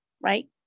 right